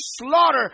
slaughter